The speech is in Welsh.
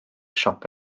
siop